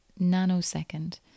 nanosecond